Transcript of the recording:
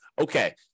okay